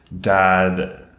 dad